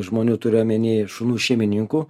žmonių turiu omeny šunų šeimininkų